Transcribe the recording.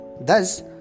Thus